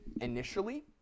Initially